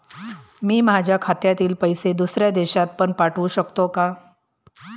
मी माझ्या खात्यातील पैसे दुसऱ्या देशात पण पाठवू शकतो का?